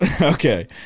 Okay